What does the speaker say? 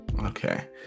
Okay